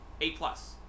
A-plus